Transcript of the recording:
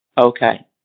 Okay